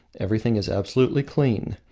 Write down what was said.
everything is absolutely clean.